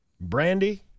Brandy